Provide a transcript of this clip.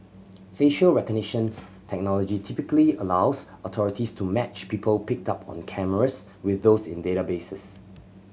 facial recognition technology typically allows authorities to match people picked up on cameras with those in databases